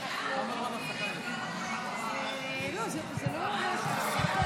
הכספים 2024 (מס' 2), התשפ"ד 2024, נתקבל.